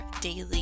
daily